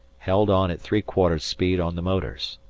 held on at three-quarters speed on the motors.